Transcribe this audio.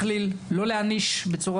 שצריך להכניס מגיל קטן בגנים לא בבתי